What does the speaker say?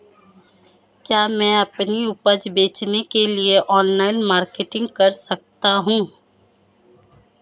क्या मैं अपनी उपज बेचने के लिए ऑनलाइन मार्केटिंग कर सकता हूँ?